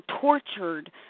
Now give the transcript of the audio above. tortured